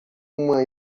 uma